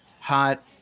hot